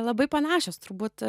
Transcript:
labai panašios turbūt